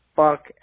Fuck